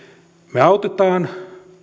me autamme